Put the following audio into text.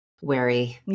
wary